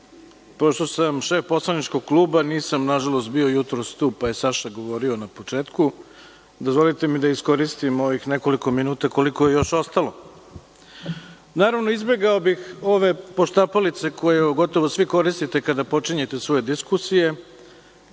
pošto sam šef poslaničkog kluba, nisam nažalost bio jutros tu pa je Saša govorio na početku. Dozvolite mi da iskoristim ovih nekoliko minuta koliko je još ostalo. Naravno, izbegao bih ove poštapalice koje gotovo svi koristite kada počinjete svoje diskusije.